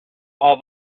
all